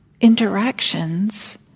interactions